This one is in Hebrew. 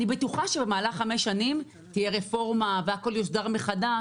הממשלה הייתה בטוחה שבמהלך חמש שנים תהיה רפורמה והכול יוסדר מחדש.